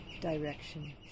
Direction